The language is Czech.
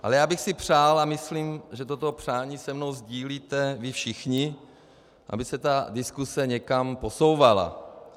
Ale já bych si přál a myslím, že toto přání se mnou sdílíte vy všichni, aby se diskuse někam posouvala.